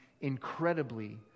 incredibly